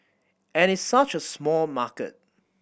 and it's such a small market